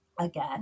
again